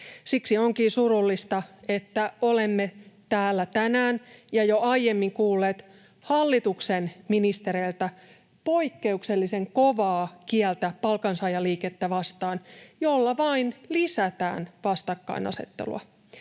Siksi onkin surullista, että olemme täällä tänään, ja jo aiemmin, kuulleet hallituksen ministereiltä poikkeuksellisen kovaa kieltä palkansaajaliikettä vastaan, millä vain lisätään vastakkainasettelua.